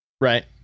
right